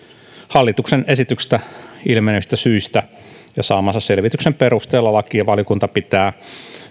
hallituksen esityksestä ilmenevistä syistä ja saamansa selvityksen perusteella lakivaliokunta pitää